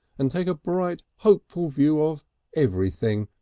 and take a bright hopeful view of everything,